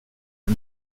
här